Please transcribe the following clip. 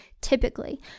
typically